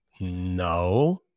no